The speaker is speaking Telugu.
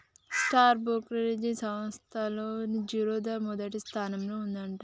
స్టాక్ బ్రోకరేజీ సంస్తల్లో జిరోదా మొదటి స్థానంలో ఉందంట